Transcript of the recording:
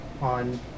on